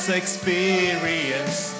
experience